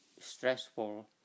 stressful